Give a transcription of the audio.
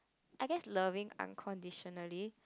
I guess loving unconditionally